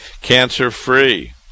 cancer-free